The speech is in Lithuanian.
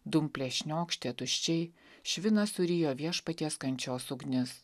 dumplės šniokštė tuščiai šviną surijo viešpaties kančios ugnis